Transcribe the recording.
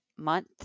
month